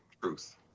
truth